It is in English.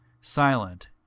silent